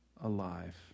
alive